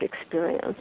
experience